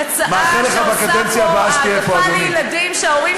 יצא שהיא עושה פה העדפה לילדים שההורים